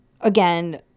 again